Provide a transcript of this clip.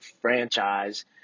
franchise